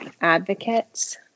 advocates